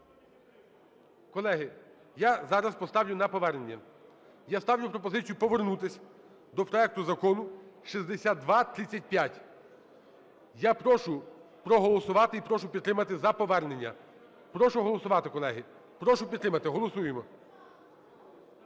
Колеги, я зараз поставлю на повернення. Я ставлю пропозицію повернутись до проекту Закону 6235. Я прошу проголосувати і прошу підтримати за повернення. Прошу голосувати, колеги, прошу підтримати. Голосуємо.